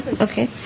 Okay